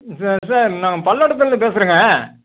sir sir நான் பல்லடத்துலேருந்து பேசுறேங்க